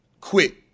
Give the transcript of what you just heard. quit